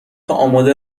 آماده